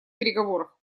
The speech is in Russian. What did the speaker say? переговорах